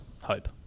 hope